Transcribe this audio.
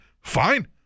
Fine